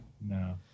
No